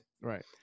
Right